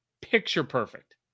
Picture-perfect